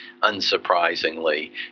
unsurprisingly